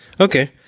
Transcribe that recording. Okay